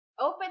Open